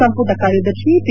ಸಂಪುಟ ಕಾರ್ಯದರ್ಶಿ ಪಿ